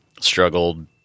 struggled